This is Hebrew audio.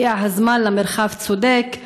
הגיע הזמן למרחב צודק,